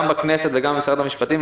גם בכנסת וגם במשרד המשפטים,